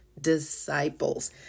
disciples